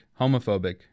homophobic